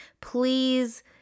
Please